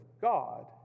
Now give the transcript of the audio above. God